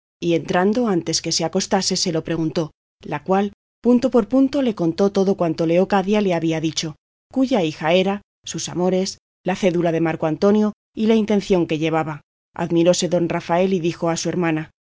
y en entrando antes que se acostase se lo preguntó la cual punto por punto le contó todo cuanto leocadia le había dicho cúya hija era sus amores la cédula de marco antonio y la intención que llevaba admiróse don rafael y dijo a su hermana